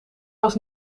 was